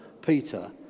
Peter